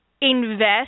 invest